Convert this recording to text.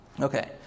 Okay